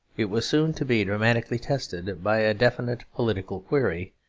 it was soon to be dramatically tested, by a definite political query,